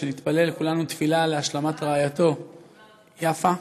נתפלל כולנו תפילה לשלום רעייתו, יפה.